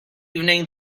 evening